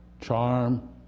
charm